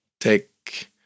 take